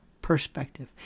perspective